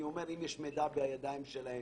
אני אומר שאם יש מידע בידיים שלהם.